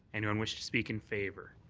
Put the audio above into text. anyone wish to speak in favour?